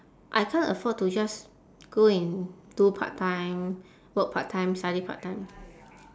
I can't afford to just go and do part-time work part-time study part-time